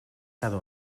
cada